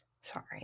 sorry